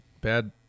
bad